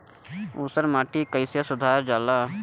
ऊसर माटी कईसे सुधार जाला?